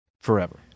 forever